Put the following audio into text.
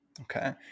Okay